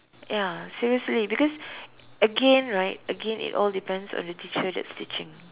ya seriously because again right again it all depends on the teacher that's teaching